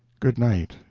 good night,